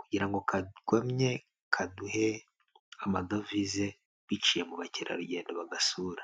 kugira ngo kagumye kaduhe amadovize, biciye mu bakerarugendo bagasura.